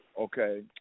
Okay